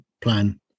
plan